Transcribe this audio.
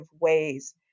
ways